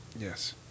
Yes